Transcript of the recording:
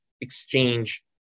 exchange